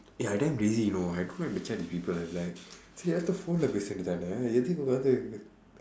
eh I damn lazy you know I don't like to chat with people like எல்லாத்தையும்:ellaaththaiyum phonelae பேச வேண்டியது தானே என்னாத்துக்கு:peesa veendiyathu thaanee ennaaththukku